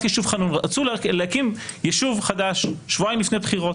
הנושא של הקמת יישוב חדש שבועיים לפני בחירות.